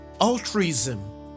altruism